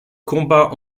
combat